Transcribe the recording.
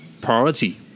priority